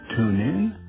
TuneIn